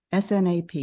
SNAP